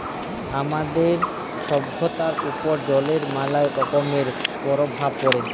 আমাদের ছভ্যতার উপর জলের ম্যালা রকমের পরভাব পড়ে